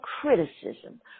criticism